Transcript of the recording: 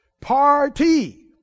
party